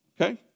Okay